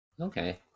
Okay